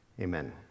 amen